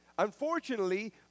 Unfortunately